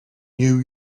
new